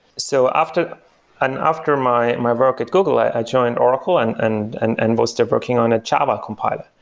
so after and after my my work at google, i joined oracle and and and and mostly working on a java compiler.